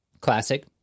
classic